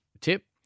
Tip